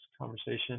conversation